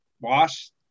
wash